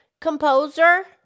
composer